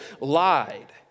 lied